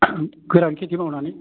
गोरान खेथि मावनानै